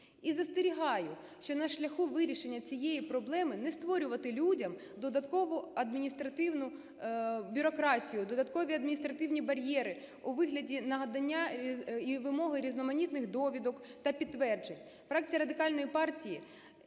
і застерігаю, що на шляху вирішення цієї проблеми не створювати людям додаткову адміністративну бюрократію, додаткові адміністративні бар'єри у вигляді надання і вимоги різноманітних довідок та підтверджень.